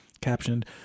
Captioned